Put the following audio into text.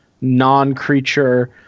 non-creature